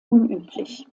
unüblich